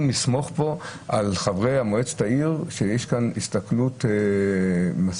לסמוך פה על חברי מועצת העיר שיש כאן הסתכלות מספיק,